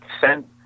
send